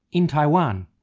in taiwan,